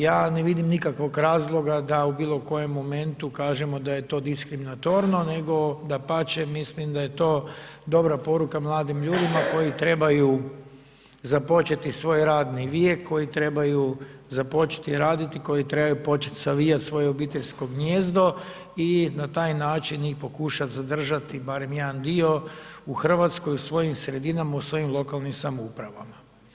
Ja ne vidim nikakvog razloga da u bilokojem momentu kažemo da je to diskriminatorno nego dapače, mislim da je to dobra poruka mladim ljudima koji trebaju započeti svoj radni vijek, koji trebaju započeti raditi, koji trebaju početi savijat svoje obiteljsko gnijezdo i na taj način i pokušat zadržat barem jedan dio u Hrvatskoj, u svojim sredinama, u svojim lokalnim samoupravama.